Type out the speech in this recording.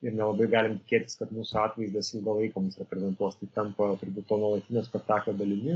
ir nelabai galime tikėtis kad mūsų atvaizdas ilgą laiką mus reprezentuos tai tampa turbūt to nuolatinio spektaklio dalimi